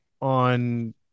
on –